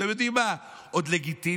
אתם יודעים מה, עוד לגיטימי,